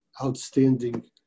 outstanding